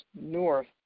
north